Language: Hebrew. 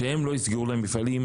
שלא יסגרו להם מפעלים,